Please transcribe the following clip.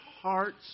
hearts